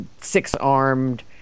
six-armed